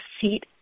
seat